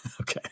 Okay